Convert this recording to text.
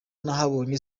nahabonye